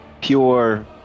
pure